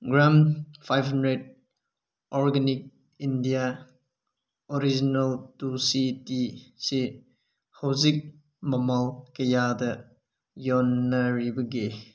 gram five hundred organic India original tulsi tea ꯑꯁꯤ ꯍꯧꯖꯤꯛ ꯃꯃꯜ ꯀꯌꯥꯗ ꯌꯣꯟꯅꯔꯤꯕꯒꯦ